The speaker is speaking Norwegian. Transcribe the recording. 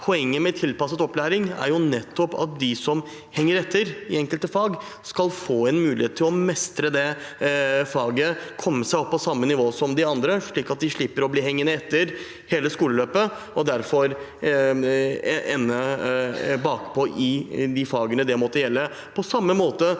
Poenget med tilpasset opplæring er jo nettopp at de som henger etter i enkelte fag, skal få en mulighet til å mestre det faget, komme seg opp på samme nivå som de andre, slik at de slipper å bli hengende etter hele skoleløpet og derfor ende bakpå i de fagene det måtte gjelde. På samme måte